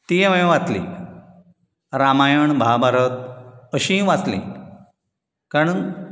ती हांवें वाचली रामायण महाभारत अशींय वाचलीं कारण